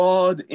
God